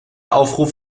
aufruf